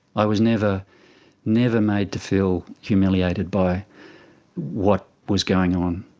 i was never never made to feel humiliated by what was going on.